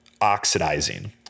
oxidizing